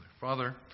Father